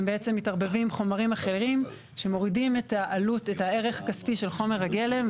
הם בעצם מתערבבים עם חומרים אחרים שמורידים את הערך הכספי של חומר הגלם,